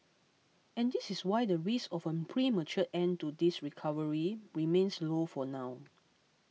and this is why the risk of a premature end to this recovery remains low for now